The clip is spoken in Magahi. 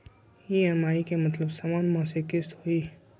ई.एम.आई के मतलब समान मासिक किस्त होहई?